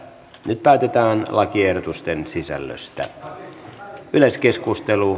nyt päätetään lakiehdotusten sisällöstä